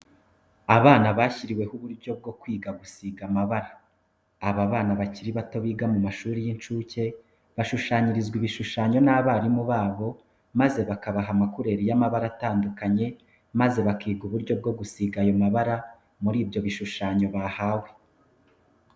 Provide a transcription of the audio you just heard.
Abana bashyiriweho uburyo bwo kwiga gusiga amabara. Aba bana bakiri bato biga mu mashuri y'incuke bashushanyirizwa ibishushanyo n'abarimu babo maze bakabaha amakureri y'amabara atandukanye, maze bakiga uburyo bwo gusiga ayo mabara muri ibyo bishushanyo bahawe.